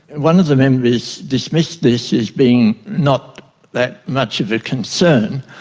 one of the members dismissed this as being not that much of a concern,